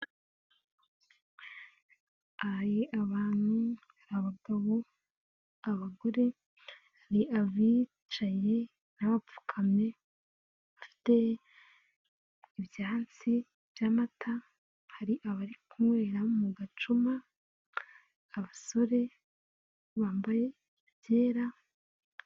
Abantu hari abagabo, abagore, hari abicaye n'abapfukamye bafite ibyansi by'amata hari abari kunywera mu gacuma abasore bambaye ibyera.